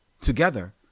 Together